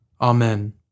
Amen